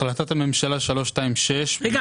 החלטת הממשלה 326 --- רגע,